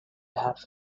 have